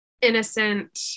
innocent